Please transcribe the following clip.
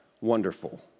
wonderful